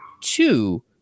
two